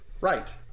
Right